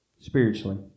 Spiritually